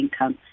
income